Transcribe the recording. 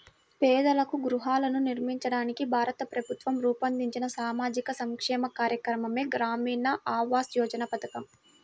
పేదలకు గృహాలను నిర్మించడానికి భారత ప్రభుత్వం రూపొందించిన సామాజిక సంక్షేమ కార్యక్రమమే గ్రామీణ ఆవాస్ యోజన పథకం